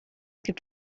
gibt